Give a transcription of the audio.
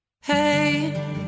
Hey